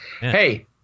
Hey